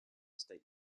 state